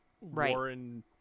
Warren